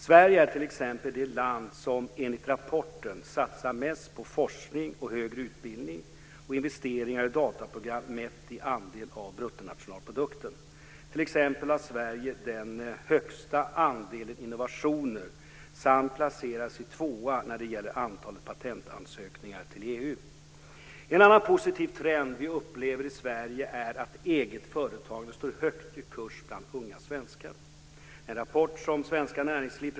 Sverige är t.ex. det land som, enligt rapporten, satsar mest på forskning, högre utbildning och investeringar i datorprogram mätt i andel av BNP. T.ex. har Sverige den högsta andelen innovationer och placerar sig tvåa när det gäller antalet patentsökningar till EU. En annan positiv trend vi upplever i Sverige är att eget företagande står högt i kurs bland unga svenskar.